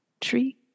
Tree